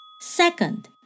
Second